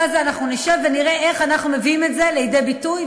הזה אנחנו נשב ונראה איך אנחנו מביאים את זה לידי ביטוי,